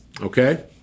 Okay